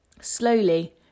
Slowly